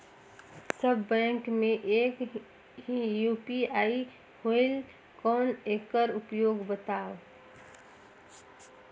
सब bank मे एक ही यू.पी.आई होएल कौन एकर उपयोग बताव?